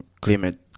climate